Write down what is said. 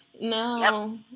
no